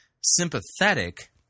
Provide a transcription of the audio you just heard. sympathetic